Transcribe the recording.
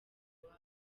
iwabo